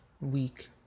week